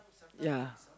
ya